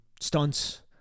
stunts